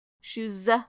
Shoes